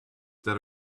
that